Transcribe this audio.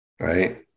right